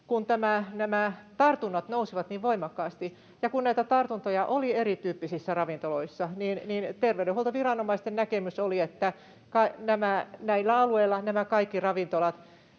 nämä tartunnat nousivat niin voimakkaasti ja kun näitä tartuntoja oli erityyppisissä ravintoloissa, terveydenhuoltoviranomaisten näkemys oli, että näillä alueilla nämä